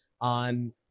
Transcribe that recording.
on